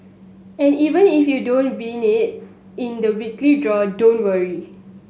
and even if you don't win knee in the weekly draw don't worry